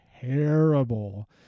terrible